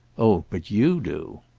oh but you do!